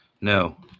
No